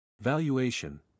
Valuation